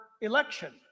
election